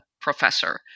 professor